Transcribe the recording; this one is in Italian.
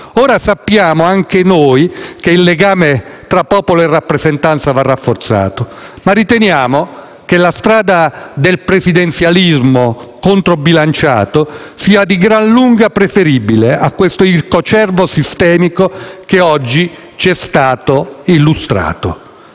Ora, sappiamo anche noi che il legame tra popolo e rappresentanza va rafforzato, ma riteniamo che la strada del presidenzialismo con i dovuti contrappesi sia di gran lunga preferibile all'ircocervo sistemico che oggi ci è stato illustrato.